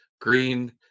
Green